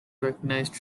recognized